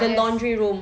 the laundry room